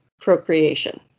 procreation